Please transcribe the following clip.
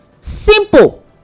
simple